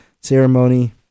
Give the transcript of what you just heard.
ceremony